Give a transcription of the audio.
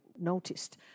noticed